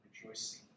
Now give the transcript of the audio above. rejoicing